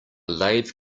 lathe